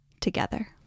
together